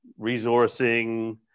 resourcing